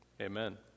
Amen